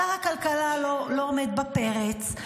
שר הכלכלה לא עומד בפרץ.